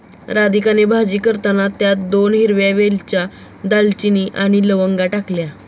राधिकाने भाजी करताना त्यात दोन हिरव्या वेलच्या, दालचिनी आणि लवंगा टाकल्या